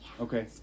Okay